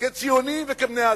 כציונים וכבני-אדם.